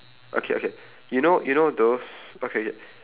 okay okay you know you know those okay